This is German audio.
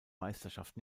meisterschaft